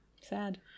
sad